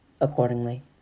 accordingly